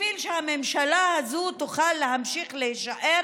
בשביל שהממשלה הזאת תוכל להמשיך להישאר